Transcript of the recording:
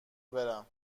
برم